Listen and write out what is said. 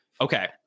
okay